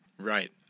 Right